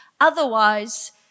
otherwise